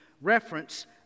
reference